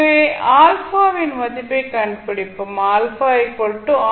எனவே α இன் மதிப்பைக் கண்டுபிடிப்போம்